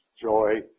joy